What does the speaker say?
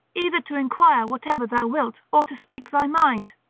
either to enquire whatever thou wilt or to speak thy mind.